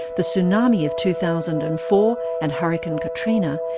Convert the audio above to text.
the tsunami of two thousand and four and hurricane katrina,